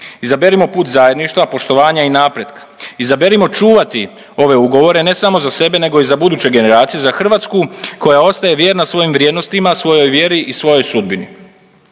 Izaberimo put zajedništva, poštovanja i napretka, izaberimo čuvati ove ugovore, ne samo za sebe nego i za buduće generacije, za Hrvatsku koja ostaje vjerna svojim vrijednostima, svojoj vjeri i svojoj sudbini.